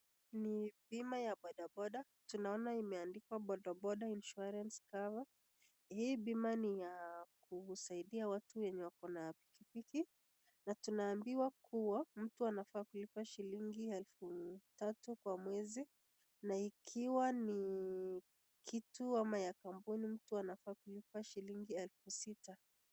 Ni bima ya bodaboda. Tunaona imeandikwa Bodaboda Insurance Cover .Hii bima ni ya kusaidia watu wako na pikipiki na tunaambiwa kuwa mtu anafaa kulipa shillingi elfu tatu kwa mwezi na ikiwa ni kitu kama ya kampuni, mtu anafaa kulipa shillingi elfu sita.